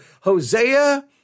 Hosea